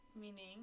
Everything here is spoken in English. meaning